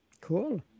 Cool